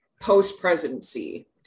post-presidency